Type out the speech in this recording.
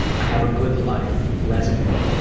i have a good life resume,